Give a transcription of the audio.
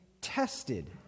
tested